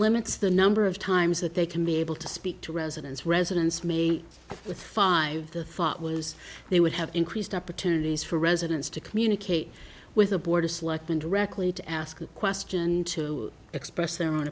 limits the number of times that they can be able to speak to residents residents may with five the thought was they would have increased opportunities for residents to communicate with the board of selectmen directly to ask a question to express their own